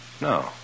No